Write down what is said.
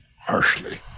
Harshly